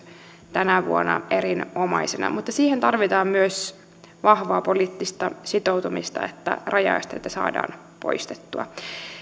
tänä vuonna erinomaisena mutta siihen tarvitaan myös vahvaa poliittista sitoutumista että rajaesteitä saadaan poistettua